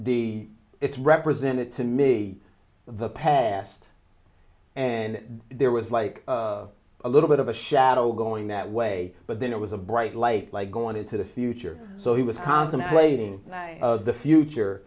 the it's represented to me the past and there was like a little bit of a shadow going that way but then it was a bright light like going into the future so he was contemplating the future